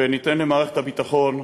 וניתן למערכת הביטחון,